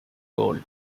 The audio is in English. goal